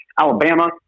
Alabama